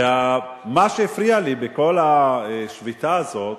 ומה שהפריע לי בכל השביתה הזאת,